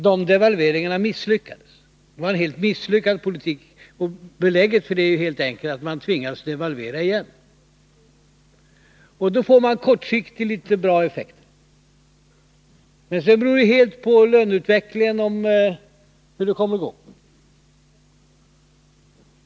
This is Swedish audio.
De devalveringarna misslyckades, det var en helt misslyckad politik. Belägget för det är helt enkelt att man tvingades devalvera igen. Då får man kortsiktigt en bra effekt. Men sedan beror det helt på löneutvecklingen hur det kommer att gå.